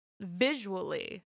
visually